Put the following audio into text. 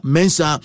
Mensa